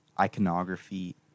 iconography